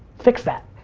fix that.